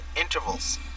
intervals